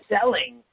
selling